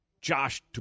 Josh